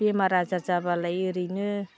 बेमार आजार जाबालाय ओरैनो